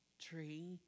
tree